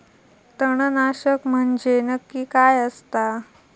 तणनाशक म्हंजे नक्की काय असता?